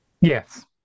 Yes